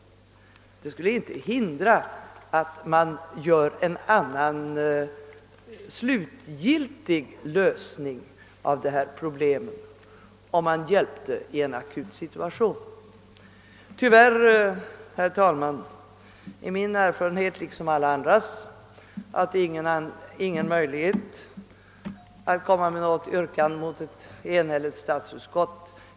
Om man hjälper i en akut situation, hindras inte därmed en slutgiltig lösning av problemet. Tyvärr, herr talman, är min erfarenhet liksom alla andras att det inte är någon mening med att ställa något yrkande mot ett enhälligt statsutskott.